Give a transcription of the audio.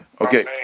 Okay